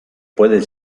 pueden